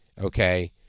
Okay